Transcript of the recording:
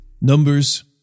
Numbers